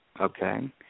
Okay